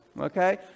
Okay